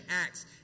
Acts